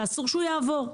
ואסור שהוא יעבור.